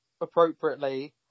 appropriately